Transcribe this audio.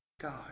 God